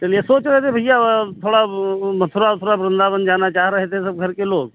चलिए सोच रहे थे भैया थोड़ा मथुरा उथरा वृंदावन जाना चाह रहे थे सब घर के लोग